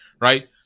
right